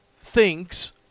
thinks